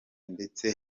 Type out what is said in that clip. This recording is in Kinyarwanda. ndetse